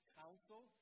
council